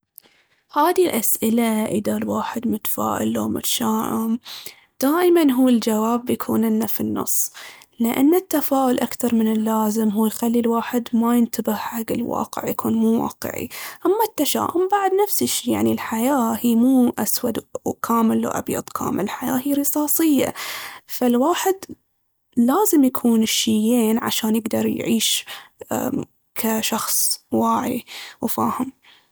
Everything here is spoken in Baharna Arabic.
هاذي الأسئلة اذا الواحد متفائل لو متشائم دايماً هو الجواب بيكون انه في النص. لأن التفاؤل أكثر من اللازم هو يخلي الواحد ما ينتبه حق الواقع، يكون مو واقعي. أما التشاؤم بعد نفس الشي، يعني الحياة هي مو أسود كامل لو أبيض كامل، الحياة هي رصاصية. فالواحد لازم يكون الشيين عشان يقدر يعيش أمم كشخص واعي وفاهم.